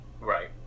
Right